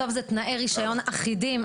בסוף זה תנאי רישיון אחידים.